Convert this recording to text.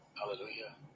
Hallelujah